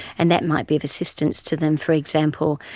and that might be of assistance to them, for example,